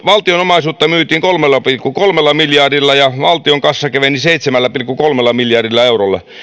valtion omaisuutta myytiin kolmella pilkku kolmella miljardilla ja valtion kassa keveni seitsemällä pilkku kolmella miljardilla eurolla matematiikalla